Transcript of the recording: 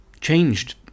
changed